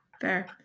Fair